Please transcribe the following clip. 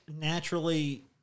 naturally